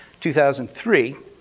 2003